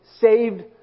saved